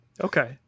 Okay